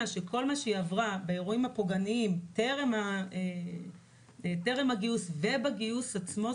שכל מה שהיא עברה באירועים הפוגעניים טרם הגיוס ובגיוס עצמו,